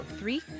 Three